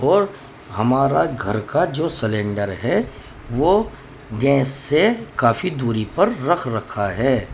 اور ہمارا گھر کا جو سلینڈر ہے وہ گیس سے کافی دوری پر رکھ رکھا ہے